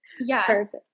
yes